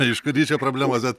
aišku ryšio problemos bet